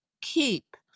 keep